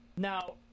Now